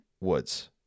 Woods